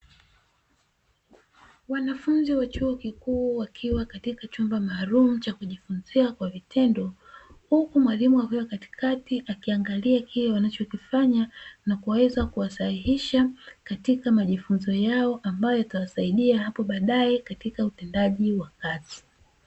Wanafunzi wa chuo kikuu wakiwa katika chumba maalumu cha kujifunzia kwa vitendo, huku mwalimu akiwa katikati akiangalia wanachokifanya na kuweza kuwa sahihisha, katika majifunzo yao yatakawo wasaidia hapo badae katika utendaji wa kazi.